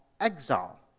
exile